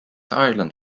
ireland